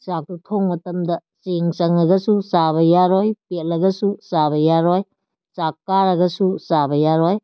ꯆꯥꯛꯇꯨ ꯊꯣꯡꯕ ꯃꯇꯝꯗ ꯆꯦꯡ ꯆꯪꯉꯒꯁꯨ ꯆꯥꯕ ꯌꯥꯔꯣꯏ ꯄꯦꯠꯂꯒꯁꯨ ꯆꯥꯕ ꯌꯥꯔꯣꯏ ꯆꯥꯛ ꯀꯥꯔꯒꯁꯨ ꯆꯥꯕ ꯌꯥꯔꯣꯏ